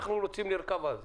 אנחנו רוצים לרכב על זה.